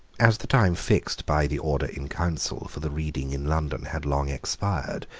as the time fixed by the order in council for the reading in london had long expired,